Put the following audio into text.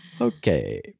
okay